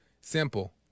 Simple